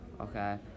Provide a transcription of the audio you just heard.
Okay